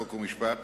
חוק ומשפט